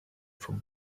from